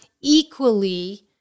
equally